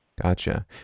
Gotcha